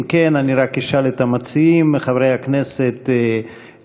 אם כן, אני רק אשאל את המציעים, חבר הכנסת גליק